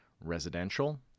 Residential